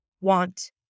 want